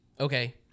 Okay